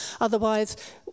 otherwise